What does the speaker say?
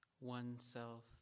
oneself